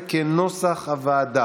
תודה רבה.